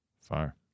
Fire